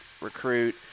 recruit